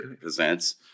Presents